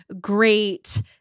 great